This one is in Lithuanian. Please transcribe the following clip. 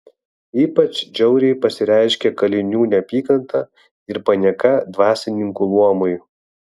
ypač žiauriai pasireiškė kalinių neapykanta ir panieka dvasininkų luomui